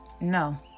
no